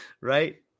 Right